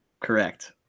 Correct